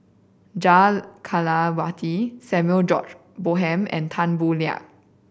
Jah Kelawati Samuel George Bonham and Tan Boo Liat